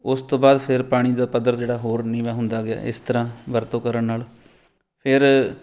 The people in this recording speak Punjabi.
ਉਸ ਤੋਂ ਬਾਅਦ ਫਿਰ ਪਾਣੀ ਦਾ ਪੱਧਰ ਜਿਹੜਾ ਹੋਰ ਨੀਵਾਂ ਹੁੰਦਾ ਗਿਆ ਇਸ ਤਰ੍ਹਾਂ ਵਰਤੋਂ ਕਰਨ ਨਾਲ ਫਿਰ